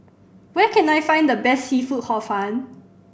where can I find best seafood Hor Fun